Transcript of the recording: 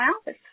office